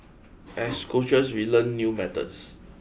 as coaches we learn new methods